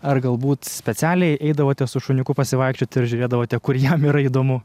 ar galbūt specialiai eidavote su šuniuku pasivaikščioti ir žiūrėdavote kur jam yra įdomu